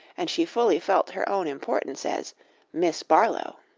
and she fully felt her own importance as miss barlow.